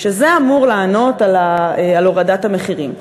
שזה אמור לענות על הורדת המחירים.